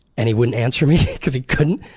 and he wouldn't answer me because he couldn't.